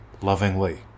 lovingly